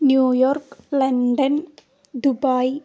New York London Dubai